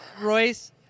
Royce